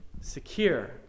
secure